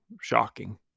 shocking